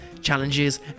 challenges